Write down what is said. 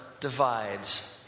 divides